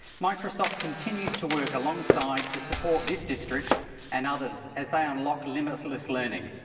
microsoft continues to work alongside to support this district and others as they unlock limitless learning.